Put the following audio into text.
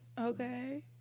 Okay